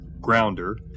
grounder